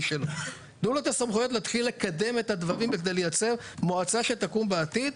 שלו ולקדם את הדברים כדי לייצר מועצה שתקום בעתיד,